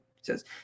says